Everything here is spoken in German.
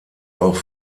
auch